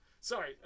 Sorry